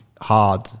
hard